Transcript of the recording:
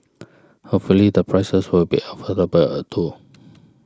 hopefully the prices will be affordable too